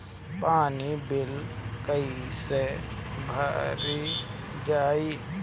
पानी बिल कइसे भरल जाई?